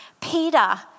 Peter